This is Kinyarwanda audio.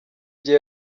gihe